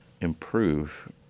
improve